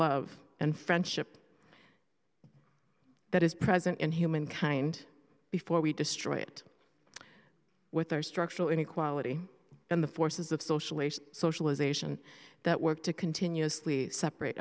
love and friendship that is present in humankind before we destroy it with our structural inequality and the forces of social socialization that work to continuously separate